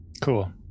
Cool